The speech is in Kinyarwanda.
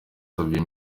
xavier